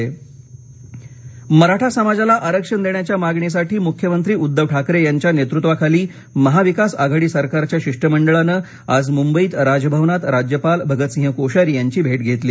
मराठा आरक्षण मराठा समाजाला आरक्षण देण्याच्या मागणीसाठी मुख्यमंत्री उद्धव ठाकरे यांच्या नेतृत्वाखाली महाविकास आघाडी सरकारच्या शिष्टमंडळानं आज मुंबईत राजभवनात राज्यपाल भगतसिंह कोश्यारी यांची भेट घेतली